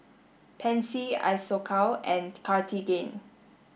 Pansy Isocal and Cartigain